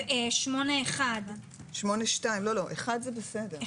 8(1). 8(2). (1), זה בסדר.